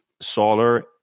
solar